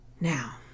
Now